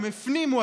הם הפנימו,